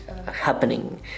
happening